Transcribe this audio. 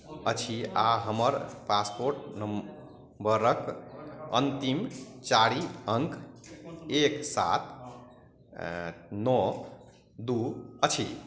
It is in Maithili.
अछि आ हमर पासपोर्ट नम्बरक अन्तिम चारि अंक एक सात नओ दू अछि